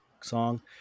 song